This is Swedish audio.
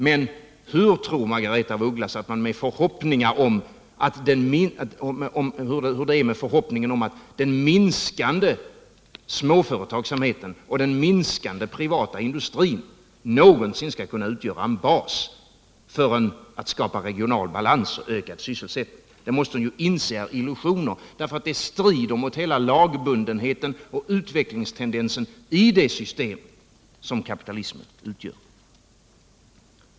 Men hur tror Margaretha af Ugglas att det är med förhoppningarna om att den minskande småföretagsamheten och den minskande privata industrin någonsin skall kunna utgöra en bas för att skapa regional balans och ökad sysselsättning? Detta måste ju Margaretha af Ugglas inse är illusioner, eftersom det strider mot hela lagbundenheten och utvecklingstendensen i det system som kapitalismen utgör.